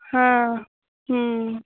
ᱦᱮᱸ ᱦᱮᱸ